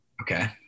Okay